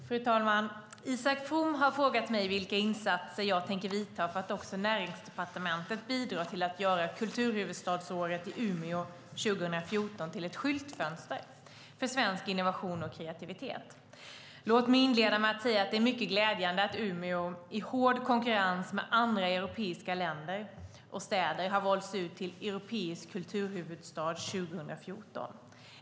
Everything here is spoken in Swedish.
Fru talman! Isak From har frågat mig vilka insatser jag tänker vidta för att också Näringsdepartementet ska bidra till att göra kulturhuvudstadsåret i Umeå 2014 till ett skyltfönster för svensk innovation och kreativitet. Låt mig inleda med att säga att det är mycket glädjande att Umeå i hård konkurrens med andra europeiska städer har valts ut till europeisk kulturhuvudstad 2014.